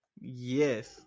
Yes